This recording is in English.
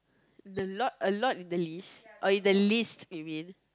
the lot a lot in the list or in the list you mean